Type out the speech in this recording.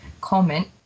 comment